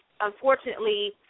unfortunately